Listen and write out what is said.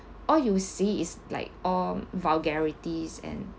all you see is like um vulgarities and